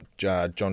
John